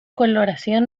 coloración